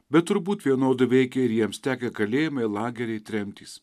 bet turbūt vienodai veikia ir jiems tekę kalėjimai lageriai tremtys